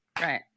Right